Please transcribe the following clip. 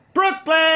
Brooklyn